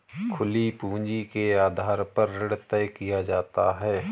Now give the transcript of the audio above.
खुली पूंजी के आधार पर ऋण तय किया जाता है